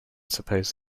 suppose